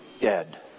dead